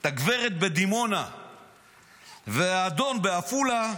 את הגברת בדימונה והאדון בעפולה,